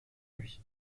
lui